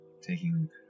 Taking